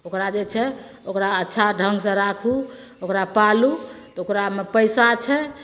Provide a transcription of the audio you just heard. ओकरा जे छै ओकरा अच्छा ढंग सए राखू ओकरा पालू तऽ ओकरा मे पैसा छै